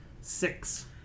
six